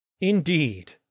indeed